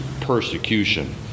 persecution